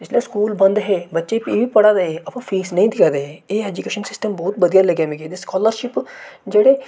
जिसलै स्कूल बंद हे बच्चे फ्ही बी पढ़ै दे हे पर फीस नेईं देआ दे हे एह् ऐजूकेशन सिस्टम बहुत बधिया लग्गेआ मिगी ते स्कालरशिप जेह्ड़े